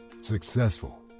Successful